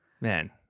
man